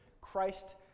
Christ